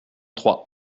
trois